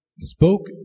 Spoke